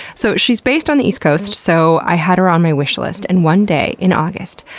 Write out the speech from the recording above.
so she's based on the east coast, so i had her on my wish list. and one day in august,